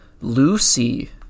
Lucy